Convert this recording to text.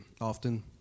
often